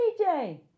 DJ